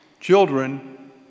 children